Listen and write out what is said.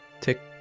Tick